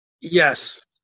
Yes